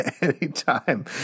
Anytime